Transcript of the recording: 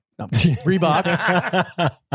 Reebok